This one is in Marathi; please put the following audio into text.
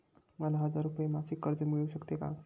मला हजार रुपये मासिक कर्ज मिळू शकते का?